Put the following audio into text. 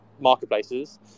marketplaces